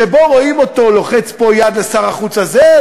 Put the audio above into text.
שבהם רואים אותו לוחץ פה יד לשר החוץ הזה,